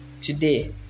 Today